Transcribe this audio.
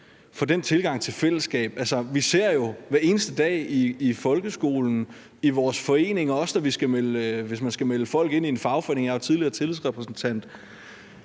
fra den tilgang til fællesskab. Altså, vi ser jo hver eneste dag i folkeskolen, i vores foreninger og også i forbindelse med at melde folk ind i en fagforening – jeg er jo tidligere tillidsrepræsentant